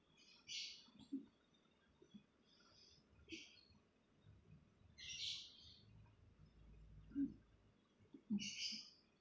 mm mm mm